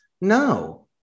no